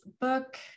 book